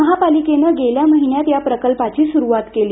महापालिकेने गेल्या महीन्यात या प्रकल्पाची सुरुवात केली